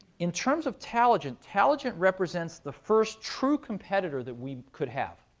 in terms of taligent, taligent represents the first true competitor that we could have.